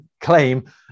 claim